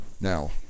Now